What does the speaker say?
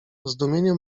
zdumienie